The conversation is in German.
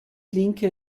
linke